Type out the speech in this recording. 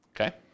Okay